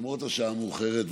למרות השעה המאוחרת,